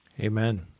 Amen